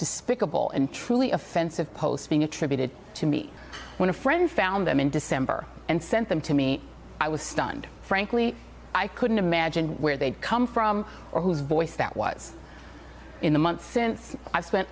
despicable and truly offensive post being attributed to me when a friend found them in december and sent them to me i was stunned frankly i couldn't imagine where they'd come from or whose voice that was in the months since i spent